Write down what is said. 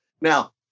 Now